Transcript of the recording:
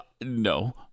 No